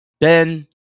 Ben